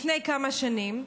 לפני כמה שנים,